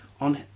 on